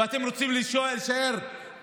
ואתם רוצים להישאר ליגת-העל?